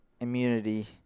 Immunity